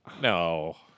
No